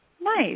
nice